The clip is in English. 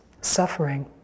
suffering